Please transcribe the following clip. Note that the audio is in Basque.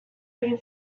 egin